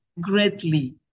greatly